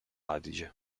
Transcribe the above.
adige